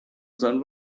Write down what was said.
than